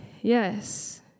Yes